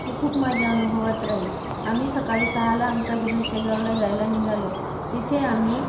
ती खूप माझ्या अनुभवात राहील आम्ही सकाळी सहाला आमच्या घरून शेगावला जायला निघालो तिथे आम्ही